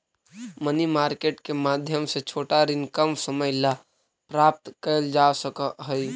money market के माध्यम से छोटा ऋण कम समय ला प्राप्त कैल जा सकऽ हई